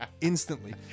Instantly